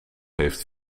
heeft